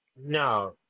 No